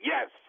Yes